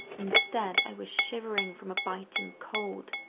instead i was shivering from a biting cold,